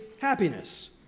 happiness